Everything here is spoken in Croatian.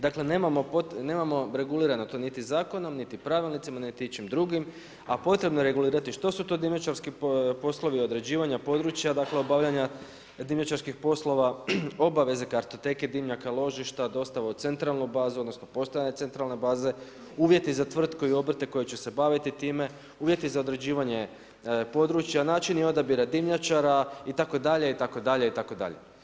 Dakle nemamo regulirano to niti zakonom niti pravilnicima niti ičim drugim a potrebno je regulirati što su to dimnjačarski poslovi određivanja područja, dakle obavljanja dimnjačarskih poslova obaveze kartoteke dimnjaka ložišta, dostavu u centralnu bazu odnosno postavljanje centralne baze, uvjeti za tvrtku i obrte koji će se baviti time, uvjeti za određivanje područja, načini odabira dimnjačara itd., itd., itd.